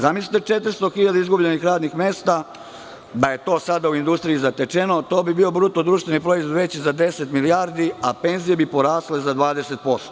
Zamislite 400 hiljada izgubljenih radnih mesta, da je to sada u industriji zatečeno, to bi bio BDP veći za deset milijardi, a penzije bi porasle za 20%